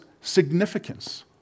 significance